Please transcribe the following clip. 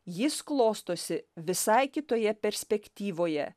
jis klostosi visai kitoje perspektyvoje